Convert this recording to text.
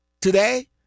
today